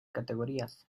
categorías